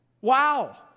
Wow